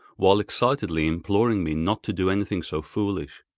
while excitedly imploring me not to do anything so foolish.